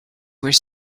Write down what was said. where